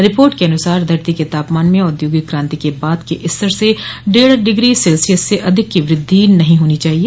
report के अनुसार धरती के तापमान में औद्योगिक क्रांति के बाद के स्तर से डेढ़ डिग्री सेल्सियस से अधिक की वृद्धि नहीं होनी चाहिए